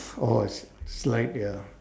oh a s~ slide ya